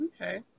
Okay